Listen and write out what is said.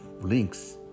links